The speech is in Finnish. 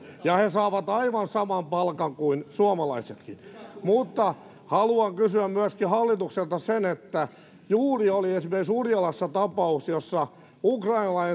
ja he saavat aivan saman palkan kuin suomalaisetkin mutta haluan kysyä hallitukselta myöskin juuri oli esimerkiksi urjalassa tapaus jossa ukrainalainen